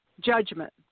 judgment